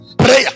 prayer